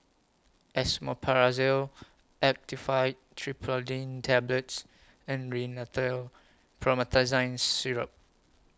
Esomeprazole Actifed Triprolidine Tablets and Rhinathiol Promethazine Syrup